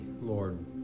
Lord